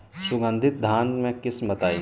सुगंधित धान के किस्म बताई?